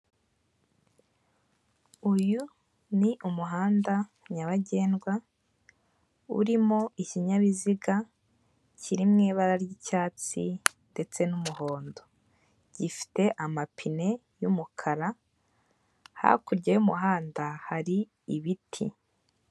Uyu ni umuhanda nyabagendwa urimo ikinyabiziga kiri mu ibara ry'icyatsi ndetse n'umuhondo. Gifite amapine y'umukara, hakurya y'umuhanda hari ibiti.